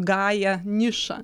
gają nišą